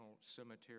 Cemetery